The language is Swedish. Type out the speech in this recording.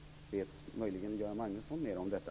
Vet möjligen Göran Magnusson mer om detta?